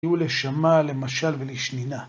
תהיו לשמה, למשל ולשנינה.